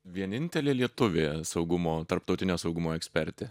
vienintelė lietuvė saugumo tarptautinio saugumo ekspertė